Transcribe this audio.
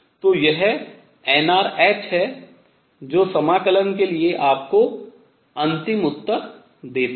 तो यह nrh है जो समाकलन के लिए आपको अंतिम उत्तर देता है